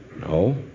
No